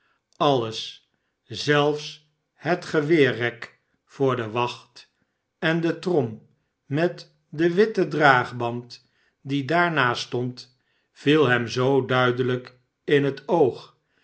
alles zelfs het geweerrek voor de wacht en de trom met den witten draagband die daar naast stond viel hem zoo duidelijk in het oog